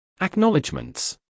Acknowledgements